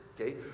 okay